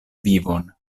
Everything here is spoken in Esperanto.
vivon